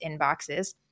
inboxes